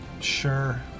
Sure